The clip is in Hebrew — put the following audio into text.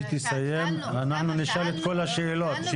היא תסיים ואנחנו נשאל את כל השאלות.